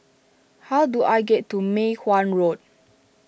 how do I get to Mei Hwan Road